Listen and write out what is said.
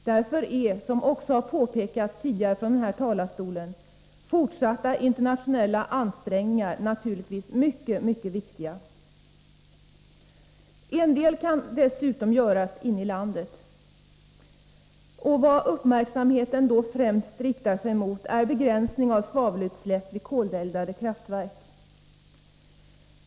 Därför är, som också påpekats tidigare från denna talarstol, fortsatta internationella ansträngningar naturligtvis mycket viktiga. En del kan dessutom göras inom landet. Vad uppmärksamheten främst riktar sig mot är begränsning av svavelutsläpp vid koleldade kraftverk.